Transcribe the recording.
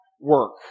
work